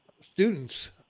students